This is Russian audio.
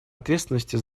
ответственности